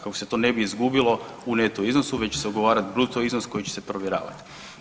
Kako se to ne bi izgubilo u neto iznosu već se ugovara bruto iznos koji će se provjeravat.